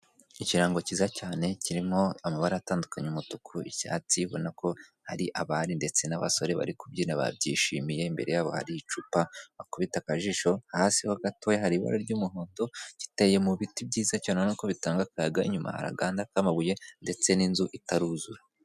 Ikirango kiza cyane, kirimo amabara atandukanye, umutuku, icyatsi, ubonako hari abari ndetse n'abasore bari kubyina babyishimiye, imbere yabo hari icupa, wakubita akajisho hasi ho gatoya hari ibara ry'umuhondo, giteye mu biti byiza cyane, urabona ko bitanga akayaga, inyuma hari agahanda k'amabuye ndetse n'inzu itari yuzura.